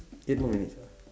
eight more minutes ah